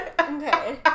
Okay